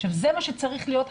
עכשיו, זה מה שצריך להיות הרגיל,